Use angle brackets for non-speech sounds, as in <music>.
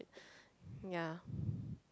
yeah <breath>